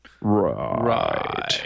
Right